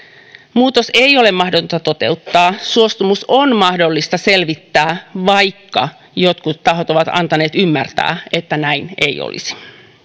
muutos ei ole mahdotonta toteuttaa suostumus on mahdollista selvittää vaikka jotkut tahot ovat antaneet ymmärtää että näin ei olisi